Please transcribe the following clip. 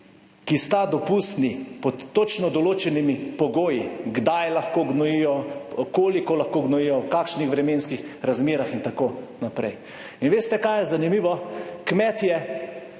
ki sta dopustni pod točno določenimi pogoji, kdaj lahko gnojijo, koliko lahko gnojijo, v kakšnih vremenskih razmerah in tako naprej. In veste, kaj je zanimivo? Kmetje